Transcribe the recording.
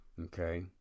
Okay